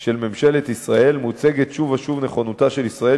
של ממשלת ישראל מוצגת שוב ושוב נכונותה של ישראל